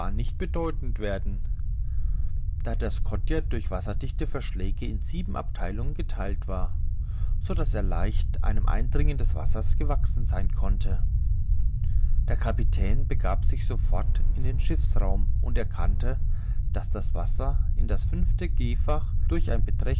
nicht bedeutend werden da der scotia durch wasserdichte verschläge in sieben abtheilungen getheilt war so daß er leicht einem eindringen des wassers gewachsen sein konnte der kapitän begab sich sofort in den schiffsraum und erkannte daß das wasser in das fünfte gefach durch einen